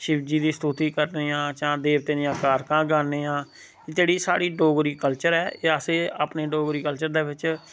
शिवजी दी स्तुति करने आं जां देवतें दियां कारकां गान्ने आं जेह्ड़ी स्हाड़ी डोगरी कल्चर ऐ एह् असें अपने डोगरी कल्चर दे बिच